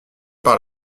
par